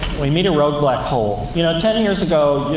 we meet a rogue black hole. you know, ten years ago,